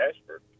Ashford